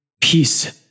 Peace